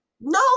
no